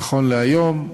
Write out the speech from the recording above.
נכון להיום,